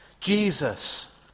Jesus